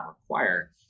require